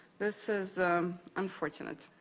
this is unfortunate.